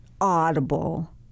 audible